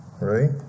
Right